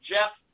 Jeff